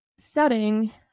setting